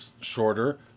shorter